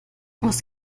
was